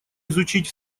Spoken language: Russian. изучить